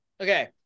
Okay